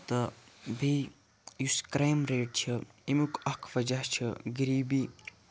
تہٕ بیٚیہِ یُس کرٛیِم ریٹ چھِ ییٚمیُک اَکھ وَجہ چھِ غٔریٖبی